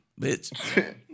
bitch